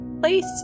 place